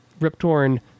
Riptorn